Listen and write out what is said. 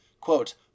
quote